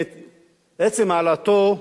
מעצם העלאתו,